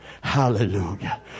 hallelujah